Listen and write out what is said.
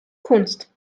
kunst